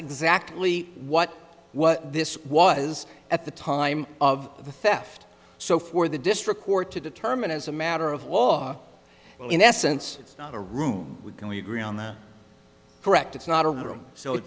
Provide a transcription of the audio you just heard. exactly what what this was at the time of the theft so for the district court to determine as a matter of law in essence it's not a room we can we agree on that correct it's not a room